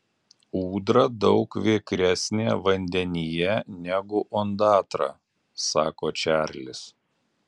ūdra daug vikresnė vandenyje negu ondatra sako čarlis